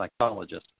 psychologist